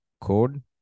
code